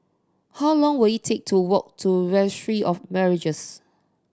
how long will it take to walk to Registry of Marriages